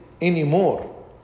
anymore